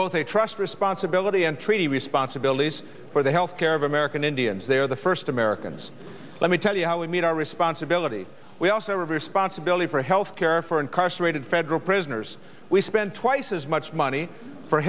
both a trust responsibility and treaty responsibilities for the health care of american indians they are the first americans let me tell you how we meet our responsibility we also have responsibility for health care for incarcerated federal prisoners we spend twice as much money for